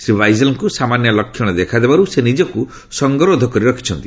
ଶ୍ରୀ ବାଇଜାଲଙ୍କୁ ସାମାନ୍ୟ ଲକ୍ଷଣ ଦେଖା ଦେବାରୁ ସେ ନିଜକୁ ସଙ୍ଗରୋଧ କରି ରଖିଥିଲେ